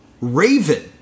Raven